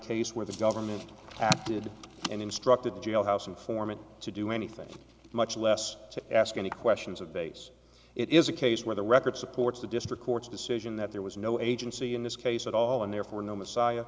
case where the government did and instructed the jailhouse informant to do anything much less to ask any questions of base it is a case where the record supports the district court's decision that there was no agency in this case at all and therefore no messiah